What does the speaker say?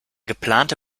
geplante